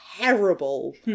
terrible